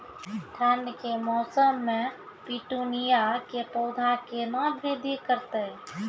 ठंड के मौसम मे पिटूनिया के पौधा केना बृद्धि करतै?